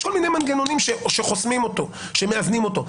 יש כל מיני מנגנונים שחוסמים אותו, שמאזנים אותו.